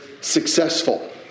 successful